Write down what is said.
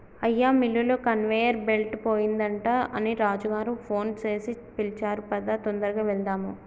అయ్యా మిల్లులో conveyor belt పోయిందట అని రాజు గారు ఫోన్ సేసి పిలిచారు పదా తొందరగా వెళ్దాము